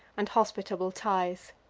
and hospitable ties.